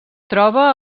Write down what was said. troba